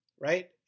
right